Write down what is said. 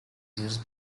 used